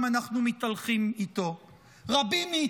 אם אנחנו מתהלכים איתו.